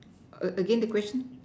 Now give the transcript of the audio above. again the question